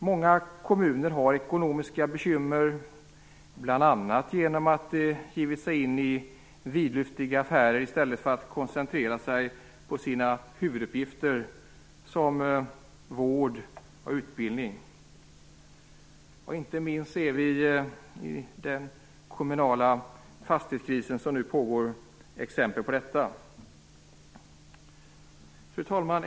Många kommuner har ekonomiska bekymmer, bl.a. genom att de gett sig in i vidlyftiga affärer i stället för att koncentrera sig på sina huvuduppgifter som vård och utbildning. Exempel på detta ser vi inte minst i den kommunala fastighetskris som nu pågår. Fru talman!